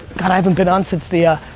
god, i haven't been on since the ah